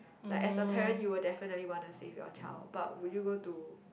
like as a parent you will definitely wanna save your child but would you go to